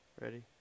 Ready